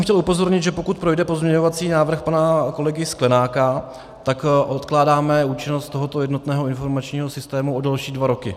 Tady bych chtěl upozornit, že pokud projde pozměňovací návrh pana kolegy Sklenáka, tak odkládáme účinnost tohoto jednotného informačního systému o další dva roky.